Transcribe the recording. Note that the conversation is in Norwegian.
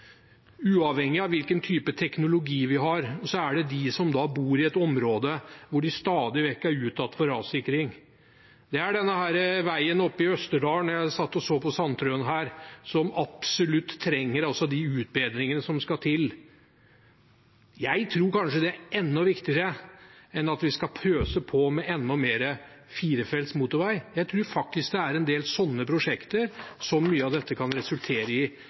uavhengig av hvilken type teknologi vi har. Det er de som bor i et område hvor de stadig vekk er utsatt for ras. Det er den veien oppe i Østerdalen – jeg satt og hørte på representanten Sandtrøen her – som absolutt trenger de utbedringene som skal til. Jeg tror kanskje det er enda viktigere enn at vi skal pøse på med enda mer firefelts motorvei. Jeg tror faktisk det er en del sånne prosjekter mye av dette kan resultere i